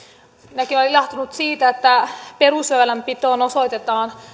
minäkin olen ilahtunut siitä että perusväylänpitoon osoitetaan